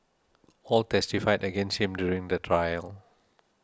all testified against him during the trial